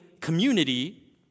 community